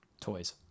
Toys